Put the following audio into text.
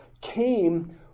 came